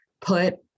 put